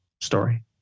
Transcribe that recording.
story